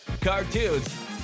cartoons